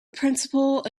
principle